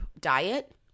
diet